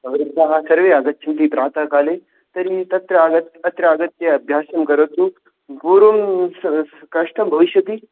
वृद्धाः सर्वे आगच्छन्ति प्रातःकाले तर्हि तत्र आग् अत्र आगत्य अभ्यासं करोतु पूर्वं कष्टं भविष्यति